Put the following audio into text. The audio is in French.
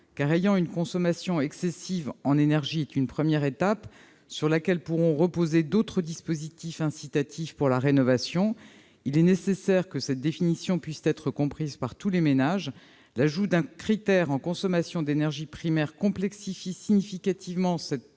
pour cause de consommation excessive en énergie est une première étape, sur laquelle pourront reposer d'autres dispositifs incitatifs pour la rénovation. Il est nécessaire que cette définition puisse être comprise par tous les ménages. L'ajout d'un critère en consommation d'énergie primaire complexifie significativement cette définition